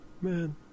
man